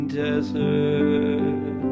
desert